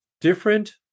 different